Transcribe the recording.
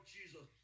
Jesus